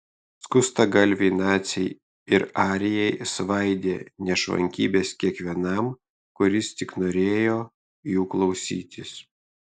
skustagalviai naciai ir arijai svaidė nešvankybes kiekvienam kuris tik norėjo jų klausytis